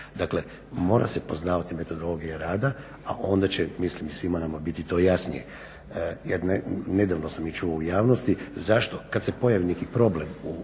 Dakle mora se poznavati metodologija rada, a onda će mislim i svima nama biti to jasnije. Jer nedavno sam čuo u javnosti zašto kada se pojavi neki problem u